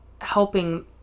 helping